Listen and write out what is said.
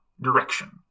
direction